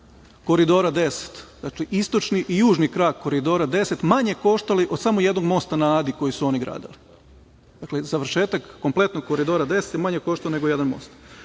da su istočni i južni krak Koridora 10 manje koštali od samo jednog Mosta na Adi koji su oni gradili. Dakle, završetak kompletnog Koridora 10 je manje koštao nego jedan most. To